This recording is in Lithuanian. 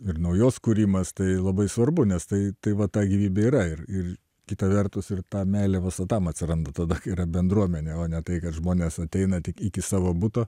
ir naujos kūrimas tai labai svarbu nes tai tai va ta gyvybė yra ir ir kita vertus ir ta meilė pastatam atsiranda tada kai yra bendruomenė o ne tai kad žmonės ateina tik iki savo buto